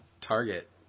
Target